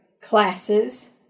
classes